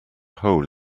hole